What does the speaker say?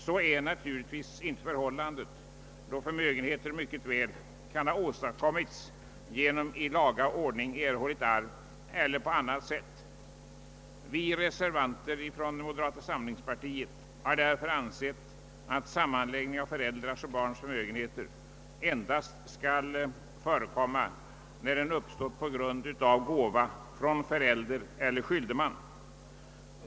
Så är naturligtvis inte fallet, då förmögenheter mycket väl kan ha tillkommit genom i laga ordning erhållet arv eller på annat sätt. Vi reservanter från moderata samlingspartiet har därför ansett att sammanläggning av föräldrars och barns förmögenheter endast skall förekomma när sådan förmögenhet uppstått genom gåva från den ena eller båda föräldrarna eller skyldeman.